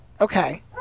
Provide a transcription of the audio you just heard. Okay